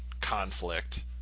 conflict